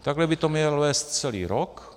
Takhle by to měl vést celý rok.